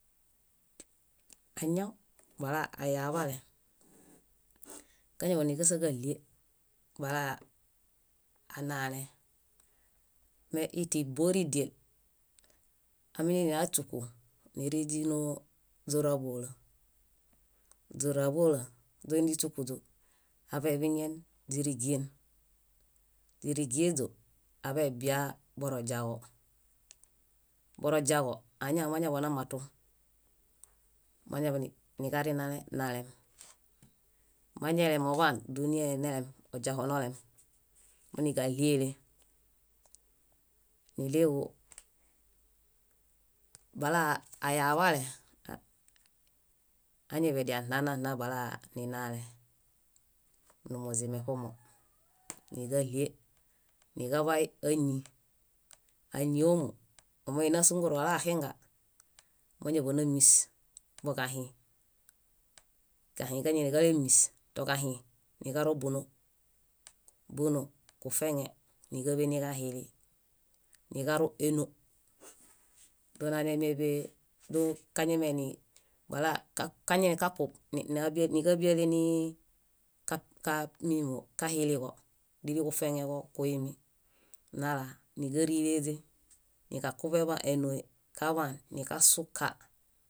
. Añaw bala ayaḃale káñaḃaniġasaġaɭie balaa anale. Me íi tíboridie, áminainiaśuku niri źínoo źóraḃola. Źóraḃola źoini źíśokuźo. Aḃaiḃiñen źírigien. Źírigiẽźo aḃaiḃia boroźiaġo. Boroźiaġo, añaġo mañaḃanamatu. Mañaḃaniġarinale nalem. Mañalemoḃaan dúniae nelem, oźiaho nolem, kániġaɭiele. Níɭeġu balaa ayaḃale, ah añeḃidianananã balaa ninale. Numuzime ṗomo, níġaɭie, niġaḃay áñi. Áñio ómu, omaini ásunguru wala axinga, máñaḃanamis boġahĩ. Kahĩ kañainiġalemis, toġahĩ, niġaro búnoo, buno, kufeñe níġaḃe niġahili, niġaro éno dónanemeḃee, bó kanemeini bala kañeikakub níġaḃiale nii- ka- ka- mímo kahiliġo díli kufeŋeġo kuimi nala níġarileźe niġakuḃeḃa énoe kaḃaan niġasuka